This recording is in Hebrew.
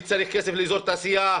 אני צריך כסף לאזור תעשייה.